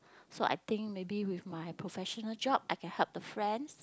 so I think maybe with my professional job I can help the friends